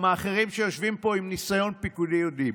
וגם האחרים שיושבים פה שהם עם ניסיון פיקודי יודעים.